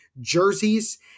jerseys